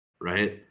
right